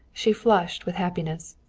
she flushed with happiness.